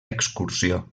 excursió